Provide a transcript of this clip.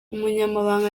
umunyamabanga